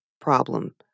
problem